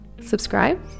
subscribe